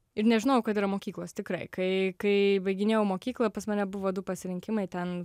ir nežinojau kad yra mokyklos tikrai kai kai baiginėjau mokyklą pas mane buvo du pasirinkimai ten